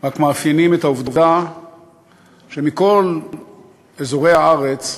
רק מאפיינים את העובדה שמכל אזורי הארץ,